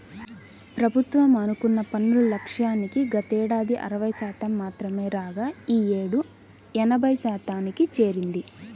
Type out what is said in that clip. ప్రభుత్వం అనుకున్న పన్నుల లక్ష్యానికి గతేడాది అరవై శాతం మాత్రమే రాగా ఈ యేడు ఎనభై శాతానికి చేరింది